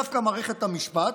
דווקא מערכת המשפט,